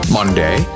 Monday